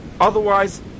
Otherwise